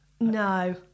No